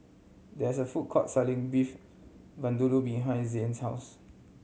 there is a food court selling Beef Vindaloo behind Zain's house